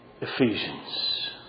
Ephesians